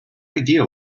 idea